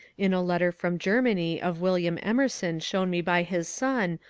in a letter from germany of william emerson shown me by his son,